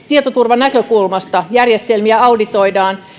tietoturvanäkökulmasta järjestelmiä auditoidaan